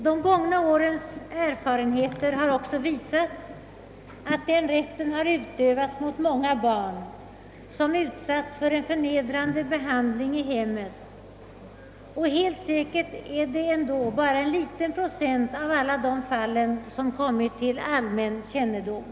De gångna årens erfarenheter har också visat att den rätten har utövats mot många barn som utsatts för en förnedrande behandling i hemmen. Helt säkert är det ändå bara en liten procent av alla fallen som har kommit till allmän kännedom.